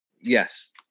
Yes